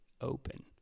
open